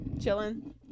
Chilling